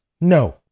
no